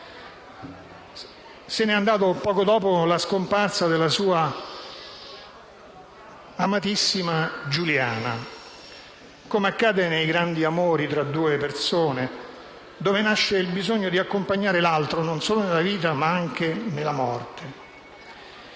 Se n'è andato poco dopo la scomparsa della sua amatissima Giuliana, come accade nei grandi amori tra due persone, dove nasce il bisogno di accompagnare l'altro non solo nella vita, ma anche nella morte.